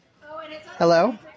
Hello